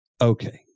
okay